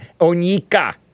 Onika